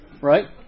right